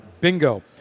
Bingo